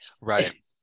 Right